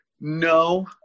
No